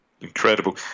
Incredible